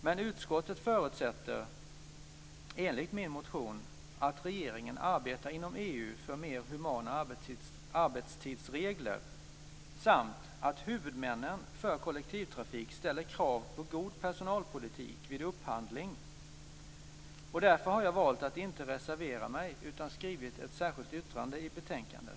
Men utskottet förutsätter - enligt min motion - att regeringen arbetar inom EU för mer humana arbetstidsregler samt att huvudmännen för kollektivtrafik ställer krav på god personalpolitik vid upphandling. Därför har jag valt att inte reservera mig utan skrivit ett särskilt yttrande i betänkandet.